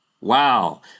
wow